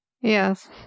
yes